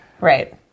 Right